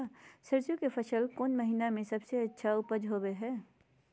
सरसों के फसल कौन महीना में सबसे अच्छा उपज होबो हय?